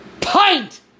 pint